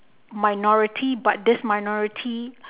minority but this minority